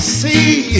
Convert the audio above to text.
see